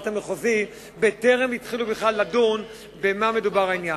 המחוזי בטרם התחילו בכלל לדון במה מדובר בעניין,